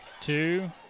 Two